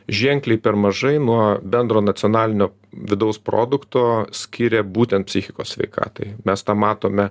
ženkliai per mažai nuo bendro nacionalinio vidaus produkto skiria būtent psichikos sveikatai mes tą matome